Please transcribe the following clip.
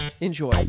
Enjoy